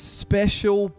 special